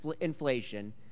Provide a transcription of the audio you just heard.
inflation